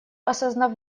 осознав